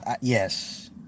Yes